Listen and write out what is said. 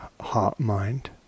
heart-mind